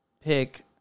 pick